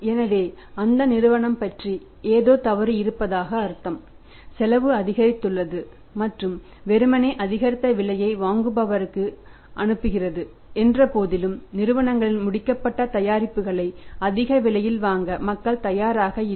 எனவே அந்த நிறுவனம் பற்றி ஏதோ தவறு இருப்பதாக அர்த்தம் செலவு அதிகரித்துள்ளது மற்றும் நிறுவனம் வெறுமனே அதிகரித்த விலையை வாங்குபவருக்கு அனுப்புகிறது என்ற போதிலும் நிறுவனங்களின் முடிக்கப்பட்ட தயாரிப்புகளை அதிக விலையில் வாங்க மக்கள் தயாராக இல்லை